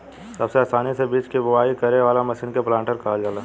सबसे आसानी से बीज के बोआई करे वाला मशीन के प्लांटर कहल जाला